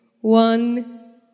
one